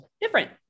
different